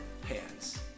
hands